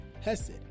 HESED